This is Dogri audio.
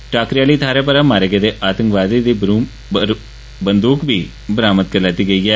टाकरे आली थाहरै परा मारे गेदे आतंकवादी दी बंदूक बी बरामद कीती गेई ऐ